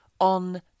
on